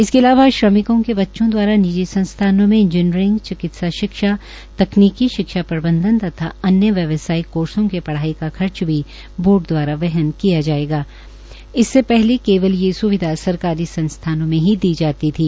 इसके अलावा श्रमिकों के बच्चों दवारा निजी संस्थानों में इंजीनियरिंग चिकित्सा शिक्षा तकनिकी शिक्षा प्रबन्धन तथा अन्य व्यवसायिक कोर्सो की पढ़ाई का खर्च भी बोर्ड दवारा वहन किया जाएगा इससे पहले केवल यह स्विधा सरकारी संस्थानों में ही दी जाती थी